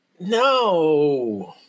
No